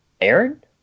Aaron